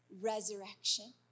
resurrection